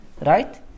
Right